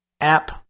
app